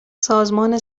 سازمان